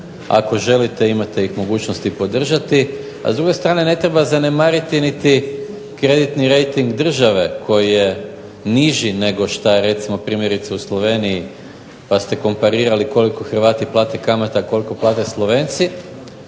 ako želite imate ih mogućnosti podržati, a s druge strane ne treba zanemariti niti kreditni rejting države koji je niži nego što je primjerice u Sloveniji pa ste komparirali koliko Hrvati plate kamata, koliko plate Slovenci,